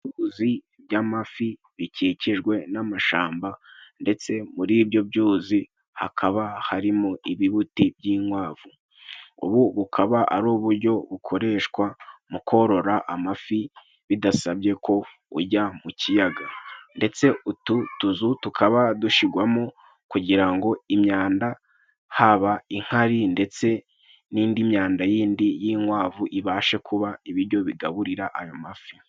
Ibyuzi by'amafi bikikijwe n'amashamba ndetse muri ibyo byuzi hakaba harimo ibibuti by'inkwavu. Ubu bukaba ari uburyo bukoreshwa mu korora amafi bidasabye ko ujya mu kiyaga, ndetse utu tuzu tukaba dushigwamo kugira ngo imyanda, haba inkari ndetse n'indi myanda yindi y'inkwavu ibashe kuba ibijyo bigaburira ayo mafi.